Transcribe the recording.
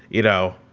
you know,